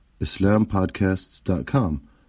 islampodcasts.com